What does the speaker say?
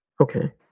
Okay